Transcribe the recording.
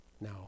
now